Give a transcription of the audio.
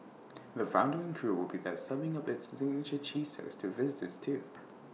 the founder and crew will be there serving up its signature cheese toast to visitors too